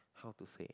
how to say